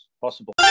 possible